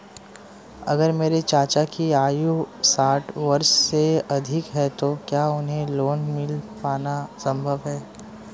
अगर मेरे चाचा की आयु साठ वर्ष से अधिक है तो क्या उन्हें लोन मिल पाना संभव है?